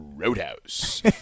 Roadhouse